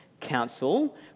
council